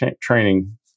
training